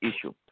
issue